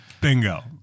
Bingo